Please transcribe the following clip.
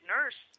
Nurse